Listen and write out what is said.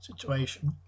situation